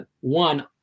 one